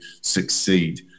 succeed